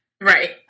Right